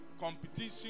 competition